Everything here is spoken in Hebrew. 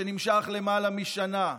שנמשך למעלה משנה,